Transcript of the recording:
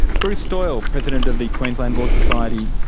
bruce doyle, president of the queensland law society,